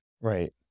Right